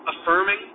affirming